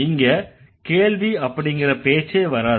இங்க கேள்வி அப்படிங்கற பேச்சே வராது